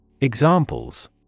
Examples